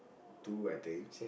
two I think